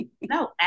No